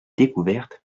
découverte